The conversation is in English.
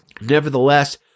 Nevertheless